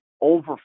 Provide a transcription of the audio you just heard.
over